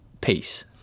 peace